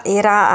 era